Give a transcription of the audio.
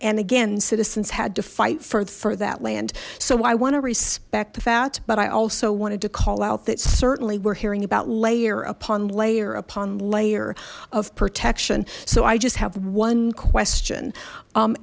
and again citizens had to fight further for that land so i want to respect that but i also wanted to call out that certainly we're hearing about layer upon layer upon layer of protection so i just have one question